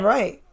Right